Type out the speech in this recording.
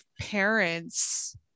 parents